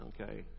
Okay